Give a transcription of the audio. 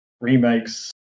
remakes